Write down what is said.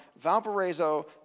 Valparaiso